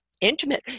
intimate